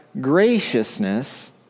graciousness